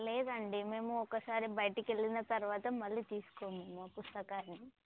లేదండి మేము ఒకసారి బయటికెళ్ళిన తర్వాత మళ్ళీ తీసుకోము ఆ పుస్తకాన్ని